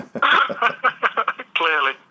Clearly